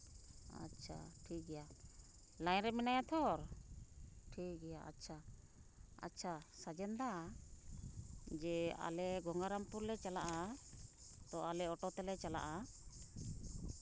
ᱟᱪᱪᱷᱟ ᱴᱷᱤᱠᱜᱮᱭᱟ ᱞᱟᱭᱤᱱ ᱨᱮ ᱢᱮᱱᱟᱭᱟ ᱛᱷᱚᱨ ᱴᱷᱤᱠᱜᱮᱭᱟ ᱟᱪᱪᱷᱟ ᱟᱪᱪᱷᱟ ᱥᱟᱡᱮᱱ ᱫᱟ ᱡᱮ ᱟᱞᱮ ᱜᱚᱝᱜᱟᱨᱟᱢᱯᱩᱨ ᱞᱮ ᱪᱟᱞᱟᱜᱼᱟ ᱛᱚ ᱟᱞᱮ ᱚᱴᱳ ᱛᱮᱞᱮ ᱪᱟᱞᱟᱜᱼᱟ